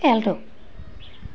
alto